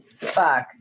fuck